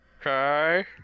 Okay